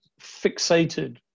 fixated